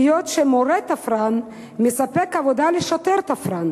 היות שמורה תפרן מספק עבודה לשוטר תפרן